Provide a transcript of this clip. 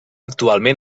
actualment